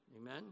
Amen